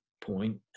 point